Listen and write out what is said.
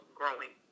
growing